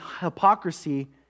hypocrisy